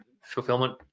fulfillment